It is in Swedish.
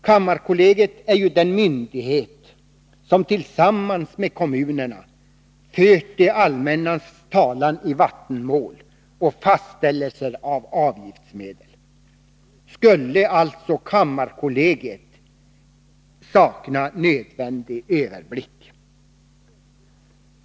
Kammarkollegiet är ju den myndighet som tillsammans med kommunerna fört det allmännas talan i vattenmål och fastställelser av avgiftsmedel. Skulle alltså kammarkollegiet sakna nödvändig överblick?